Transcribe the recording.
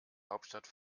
hauptstadt